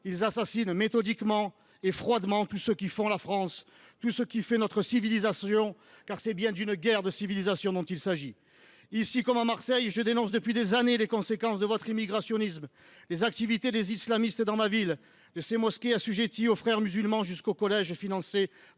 Ils assassinent méthodiquement et froidement tous ceux qui font la France, tout ce qui fait notre civilisation, car c’est bien d’une guerre de civilisation qu’il s’agit. Ici comme à Marseille, je dénonce depuis des années les conséquences de votre immigrationnisme et les activités des islamistes dans ma ville, depuis ces mosquées assujetties aux Frères musulmans jusqu’aux collèges financés